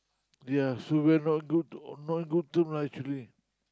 ya so we're not good not good term now actually